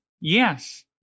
yes